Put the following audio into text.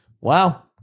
Wow